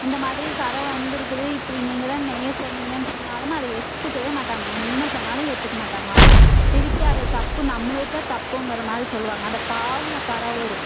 இந்த மாதிரி கறை வந்திருக்குது இப்படி நீங்கள் தான் நெய்ய சொன்னிங்கன்னு சொன்னாலுமே அதை ஏற்றுக்கவே மாட்டாங்க என்ன சொன்னாலும் ஏற்றுக்கமாட்டாங்க அவங்க திருப்பி அதை தப்பு நம்மளுது தான் தப்புங்கிற மாதிரி சொல்வாங்க அந்த பாவுல கறை வரும்